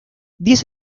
diez